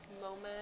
moment